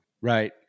Right